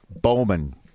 Bowman